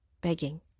begging